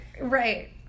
Right